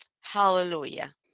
Hallelujah